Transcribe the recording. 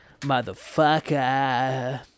motherfucker